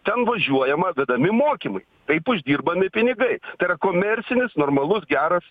ten važiuojama vedami mokymai taip uždirbami pinigai tai yra komercinis normalus geras